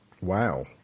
Wow